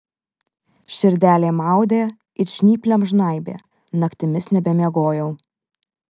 širdelė maudė it žnyplėm žnaibė naktimis nebemiegojau